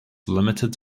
limited